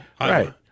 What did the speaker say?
Right